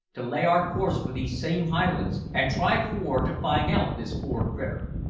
to lay our course for these same highlands, and try for to find out this poor critter?